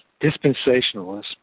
Dispensationalists